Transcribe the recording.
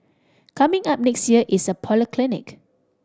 coming up next year is a polyclinic